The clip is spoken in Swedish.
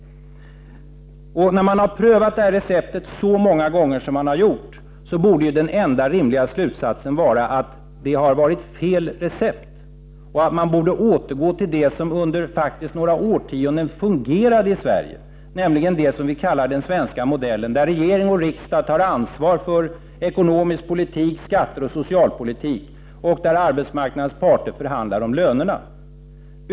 När regeringen har prövat detta recept så många gånger, borde den enda rimliga slutsatsen vara att det är fel recept och att man måste återgå till det som under några årtionden faktiskt fungerade i Sverige, nämligen det som vi kallar den svenska modellen, där regering och riksdag tar ansvar för ekonomisk politik, skatter och socialpolitik och där arbetsmarknadens parter förhandlar om lönerna.